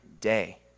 day